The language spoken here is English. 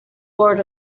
word